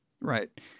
right